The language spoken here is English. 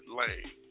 lane